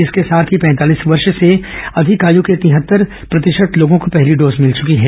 इसके साथ ही पैंतालीस वर्ष से अधिक आय के तिहत्तर प्रतिशत लोगों को पहली डोज मिल चुकी है